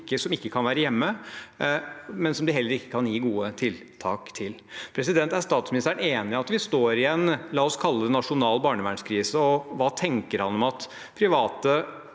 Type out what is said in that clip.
som ikke kan være hjemme, men som de heller ikke kan gi gode tiltak. Er statsministeren enig i at vi står i en – la oss kalle det – nasjonal barnevernskrise? Hva tenker han om at private